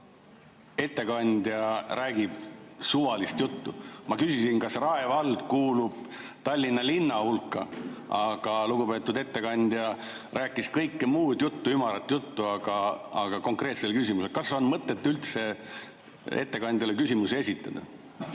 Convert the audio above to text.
ettekandja räägib suvalist juttu? Ma küsisin, kas Rae vald kuulub Tallinna linna alla, aga lugupeetud ettekandja rääkis kõike muud juttu, ümarat juttu, aga konkreetsele küsimusele [ei vastanud]. Kas on üldse mõtet ettekandjale küsimusi esitada?